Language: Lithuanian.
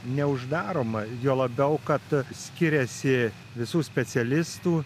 neuždaroma juo labiau kad skiriasi visų specialistų